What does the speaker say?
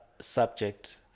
subject